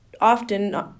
often